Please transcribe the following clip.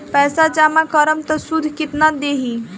पैसा जमा करम त शुध कितना देही?